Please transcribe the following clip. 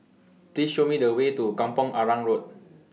Please Show Me The Way to Kampong Arang Road